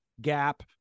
gap